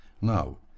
Now